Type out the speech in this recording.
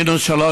מינוס 3,